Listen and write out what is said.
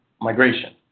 migration